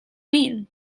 mean